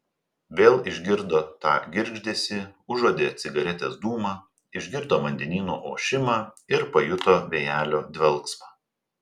vėl išgirdo tą girgždesį užuodė cigaretės dūmą išgirdo vandenyno ošimą ir pajuto vėjelio dvelksmą